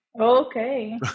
Okay